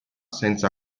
senza